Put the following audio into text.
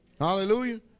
Hallelujah